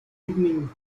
evening